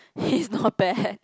is not bad